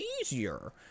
easier